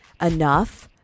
enough